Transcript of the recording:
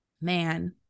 man